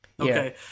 Okay